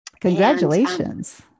Congratulations